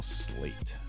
slate